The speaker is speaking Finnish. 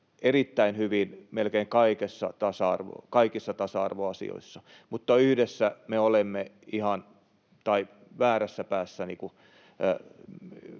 erittäin hyvin melkein kaikissa tasa-arvoasioissa, mutta yhdessä asiassa me olemme ihan väärässä päässä